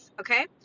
okay